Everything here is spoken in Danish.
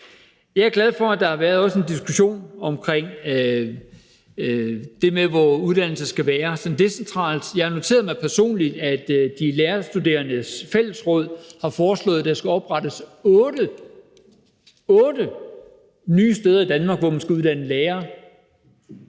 Jeg er glad for, at der også har været en diskussion decentralt om det med, hvor uddannelsen skal ligge. Jeg har noteret mig personligt, at de lærerstuderendes fællesråd har foreslået, at der skal oprettes otte nye steder i Danmark, hvor der skal uddannes lærere.